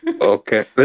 Okay